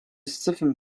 southern